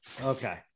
Okay